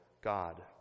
God